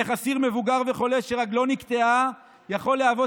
איך אסיר מבוגר וחולה שרגלו נקטעה יכול להוות